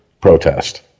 protest